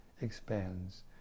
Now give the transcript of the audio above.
expands